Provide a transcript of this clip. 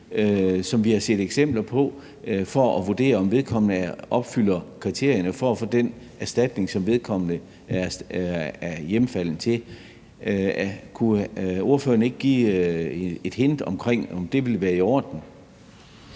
som vi har set eksempler på, for at vurdere, om vedkommende opfylder kriterierne for at få den erstatning, som vedkommende er berettiget til. Kunne ordføreren ikke give et hint om, om det ville være i orden?